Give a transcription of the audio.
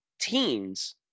teens